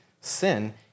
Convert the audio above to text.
sin